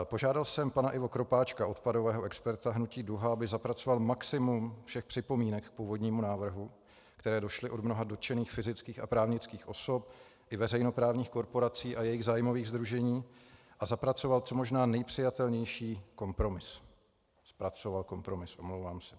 Požádal jsem pana Ivo Kropáčka, odpadového experta hnutí Duha, aby zapracoval maximum všech připomínek k původnímu návrhu, které došly od mnoha dotčených fyzických a právnických osob i veřejnoprávních korporací a jejich zájmových sdružení, a zapracoval co možná nejpřijatelnější kompromis zpracoval kompromis, omlouvám se.